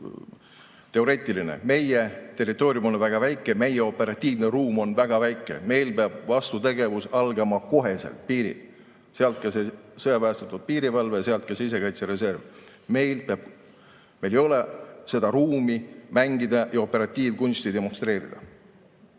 teoreetiline. Meie territoorium on väga väike, meie operatiivne ruum on väga väike, meil peab vastutegevus algama kohe piiril. Sealt ka sõjaväestatud piirivalve, sealt ka sisekaitsereserv. Meil ei ole ruumi mängida ja operatiivkunsti demonstreerida.